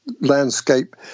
landscape